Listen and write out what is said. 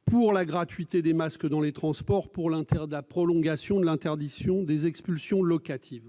: gratuité des masques dans les transports et prolongation de l'interdiction des expulsions locatives.